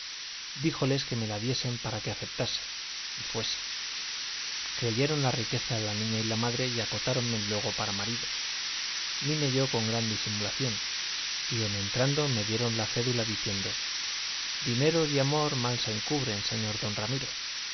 díjoles que me la diesen para que la aceptase y fuese creyeron la riqueza la niña y la madre y acotáronme luego para marido vine yo con gran disimulación y en entrando me dieron la cédula diciendo dineros y amor mal se encubren señor don ramiro